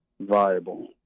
viable